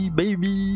baby